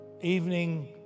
evening